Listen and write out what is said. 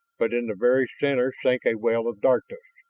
but in the very center sank a well of darkness.